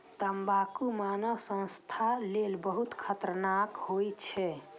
तंबाकू मानव स्वास्थ्य लेल बहुत खतरनाक होइ छै